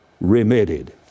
remitted